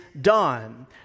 done